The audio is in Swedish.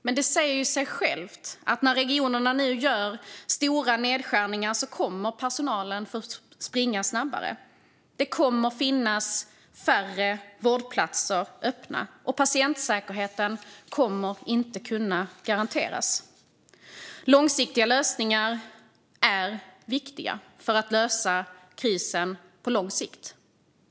Men det säger sig självt att när regionerna nu gör stora nedskärningar kommer personalen att få springa snabbare. Det kommer att finnas färre vårdplatser öppna, och patientsäkerheten kommer inte att kunna garanteras. Långsiktiga lösningar är viktiga för att lösa krisen på sikt.